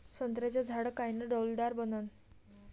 संत्र्याचं झाड कायनं डौलदार बनन?